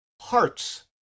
hearts